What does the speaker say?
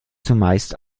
zumeist